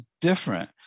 different